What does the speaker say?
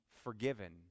Forgiven